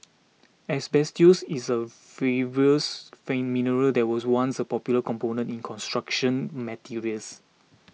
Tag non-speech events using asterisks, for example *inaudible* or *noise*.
asbestos is a fibrous *unintelligible* mineral that was once a popular component in construction materials